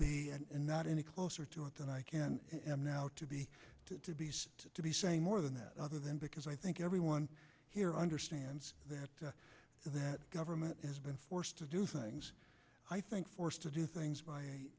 be not any closer to it than i can now to be to be saying more than that other than because i think everyone here understands that that government has been forced to do things i think forced to do things by